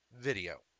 Video